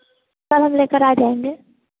कल हम लेकर आ जाएँगे